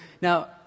Now